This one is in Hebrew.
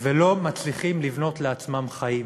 ולא מצליחים לבנות לעצמם חיים